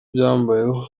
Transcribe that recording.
mbayeho